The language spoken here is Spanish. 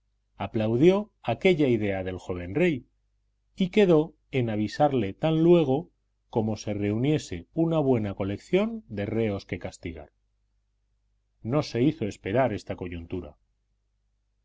aplaudió aquella idea del joven rey y quedó en avisarle tan luego como se reuniese una buena colección de reos que castigar no se hizo esperar esta coyuntura